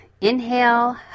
inhale